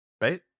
Right